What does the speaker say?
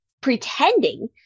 pretending